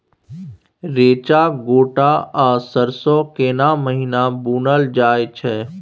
रेचा, गोट आ सरसो केना महिना बुनल जाय छै?